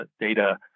data